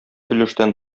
өлештән